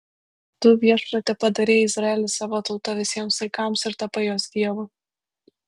tu viešpatie padarei izraelį savo tauta visiems laikams ir tapai jos dievu